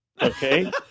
Okay